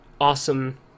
awesome